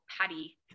patty